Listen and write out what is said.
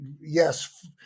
yes